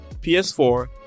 PS4